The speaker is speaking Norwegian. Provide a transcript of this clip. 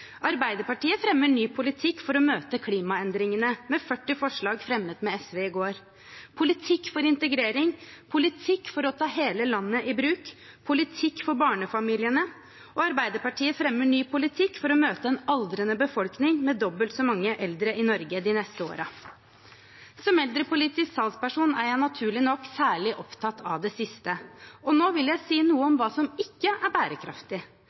Arbeiderpartiet fremmer ny politikk for å møte klimaendringene med 40 forslag fremmet med SV i går, og politikk for integrering, politikk for å ta hele landet i bruk, politikk for barnefamiliene. Og Arbeiderpartiet fremmer ny politikk for å møte en aldrende befolkning med dobbelt så mange eldre i Norge de neste årene. Som eldrepolitisk talsperson er jeg naturlig nok særlig opptatt av det siste. Nå vil jeg si noe om hva som ikke er bærekraftig.